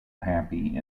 happy